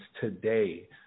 today